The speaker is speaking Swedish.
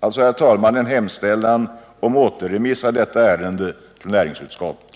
alltså, herr talman, en hemställan om återremiss av detta ärende till näringsutskottet.